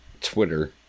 Twitter